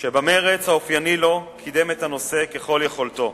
שבמרץ האופייני לו קידם את הנושא ככל יכולתו,